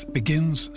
begins